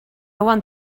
want